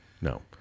No